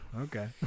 okay